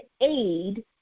aid